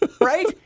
right